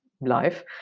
life